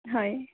হয়